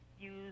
use